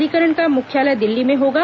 अधिकरण का मुख्यालय दिल्ली में होगा